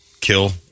kill